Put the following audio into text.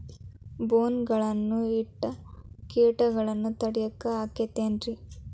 ಬೋನ್ ಗಳನ್ನ ಇಟ್ಟ ಕೇಟಗಳನ್ನು ತಡಿಯಾಕ್ ಆಕ್ಕೇತೇನ್ರಿ?